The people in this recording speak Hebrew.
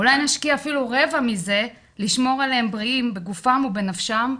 אולי נשקיע אפילו רבע מזה לשמור עליהם בריאים בגופם ובנפשם,